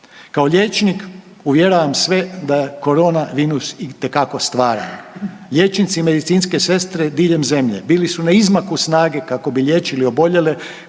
Kao liječnik uvjeravam sve da korona virus itekako stvara, liječnici, medicinske sestre diljem zemlje bili su na izmaku snage kako bi liječili oboljele